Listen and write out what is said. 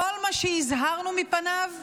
כל מה שהזהרנו מפניו,